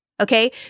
Okay